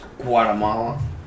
Guatemala